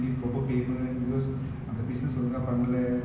I mean it it is still tough but we are all working through it